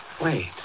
Wait